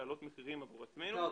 להעלות מחירים עבור עצמנו,